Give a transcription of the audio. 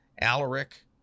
Alaric